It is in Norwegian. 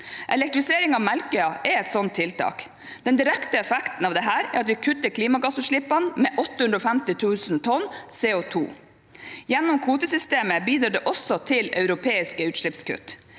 Elektrifisering av Melkøya er et sånt tiltak. Den direkte effekten av det er at vi kutter klimagassutslippene med 850 000 tonn CO2. Gjennom kvotesystemet bidrar det også til europeiske utslippskutt.